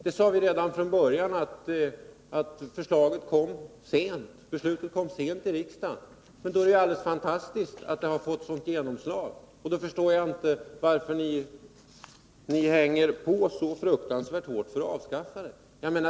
Vi sade redan från början att beslutet i riksdagen kom sent. Då är det ju alldeles fantastiskt att det har fått ett sådant genomslag! Därför förstår jaginte varför ni hänger på så hårt för att avskaffa yrkesintroduktionen.